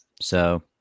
So-